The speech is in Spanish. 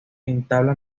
entabla